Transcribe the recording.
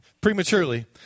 prematurely